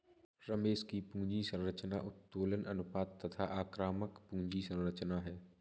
रमेश की पूंजी संरचना उत्तोलन अनुपात तथा आक्रामक पूंजी संरचना है